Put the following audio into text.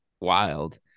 wild